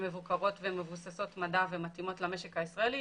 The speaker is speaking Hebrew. מבוקרות ומבוססות מדע ומתאימות למשק הישראלי.